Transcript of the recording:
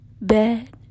bed